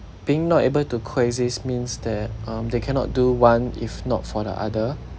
being not able to coexist means that um they cannot do one if not for the other